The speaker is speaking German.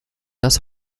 das